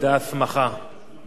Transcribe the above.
לא היתה שום